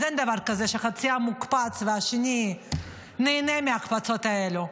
אז אין דבר כזה שחצי עם מוקפץ והשני נהנה מההקפצות האלה.